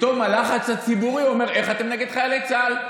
פתאום הלחץ הציבורי אומר: איך אתם נגד חיילי צה"ל?